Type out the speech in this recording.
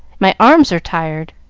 my arms are tired,